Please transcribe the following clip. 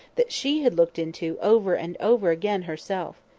that she had looked into over and over again herself.